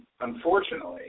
unfortunately